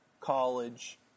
college